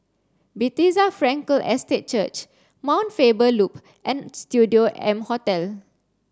Bethesda Frankel Estate Church Mount Faber Loop and Studio M Hotel